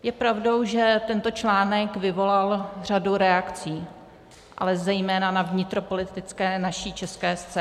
Je pravdou, že tento článek vyvolal řadu reakcí, ale zejména na naší vnitropolitické české scéně.